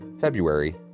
February